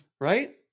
Right